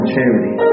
Charity